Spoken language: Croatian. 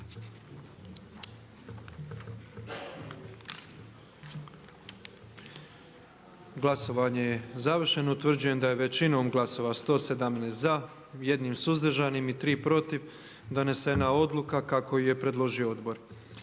Glasovanje je završeno. Utvrđujem da je većinom glasova za 115, 4 suzdržana i 4 protiv donesena Odluka o imenovanju